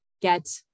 get